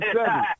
seven